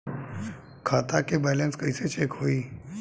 खता के बैलेंस कइसे चेक होई?